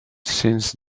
since